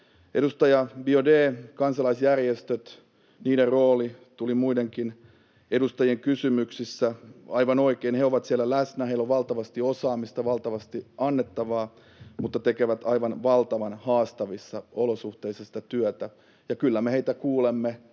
Edustaja Biaudet: kansalaisjärjestöt, niiden rooli. Tämä tuli muidenkin edustajien kysymyksissä. Aivan oikein, he ovat siellä läsnä, heillä on valtavasti osaamista, valtavasti annettavaa, mutta he tekevät aivan valtavan haastavissa olosuhteissa sitä työtä. Kyllä me heitä kuulemme